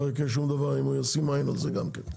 לא יקרה שום דבר אם הוא ישים עין על זה גם כן,